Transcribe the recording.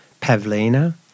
Pavlina